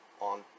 on